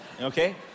Okay